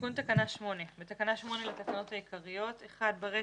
תיקון תקנה 8 בתקנה 8 לתקנות העיקריות ׁ(1)ברישה,